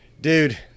dude